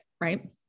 Right